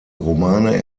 romane